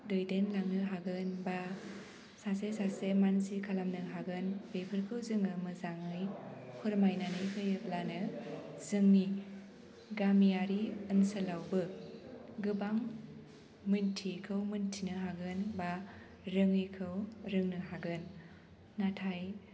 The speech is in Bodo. दैदेनलांनो हागोन बा सासे सासे मानसि खालामानो हागोन बेफोरखौ जोङो मोजाङै फोरमायनानै होयोब्लानो जोंनि गामियारि ओनसोलावबो गोबां मोनथियिखौ मोनथिनो हागोन बा रोङिखौ रोंनो हागोन नाथाय